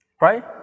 Right